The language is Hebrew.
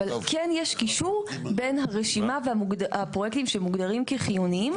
אבל כן יש קישור בין הרשימה והפרויקטים שמוגדרים כחיוניים